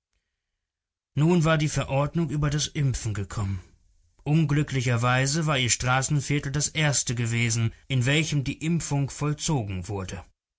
nun war die verordnung über das impfen gekommen unglücklicherweise war ihr straßenviertel das erste gewesen in welchem die impfung vollzogen wurde